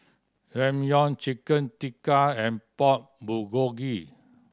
Ramyeon Chicken Tikka and Pork Bulgogi